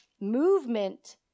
movement